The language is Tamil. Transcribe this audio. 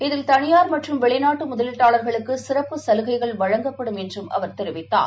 இதில் தனியார் மற்றும் வெளிநாட்டுமுதலீட்டாளர்களுக்குசிறப்பு சலுகைகள் வழங்கப்படும் என்றார்